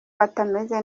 batameze